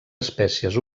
espècies